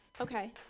okay